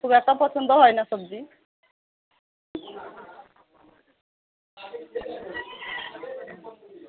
খুব একটা পছন্দ হয় না সবজি